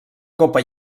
copa